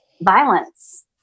violence